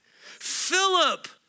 Philip